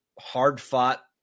hard-fought